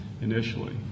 initially